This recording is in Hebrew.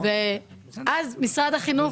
אז משרד החינוך,